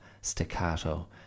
staccato